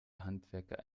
handwerker